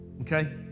okay